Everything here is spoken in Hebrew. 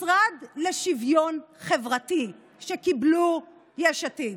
המשרד לשוויון חברתי שקיבלו יש עתיד,